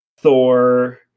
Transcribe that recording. Thor